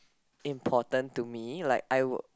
important to me like I would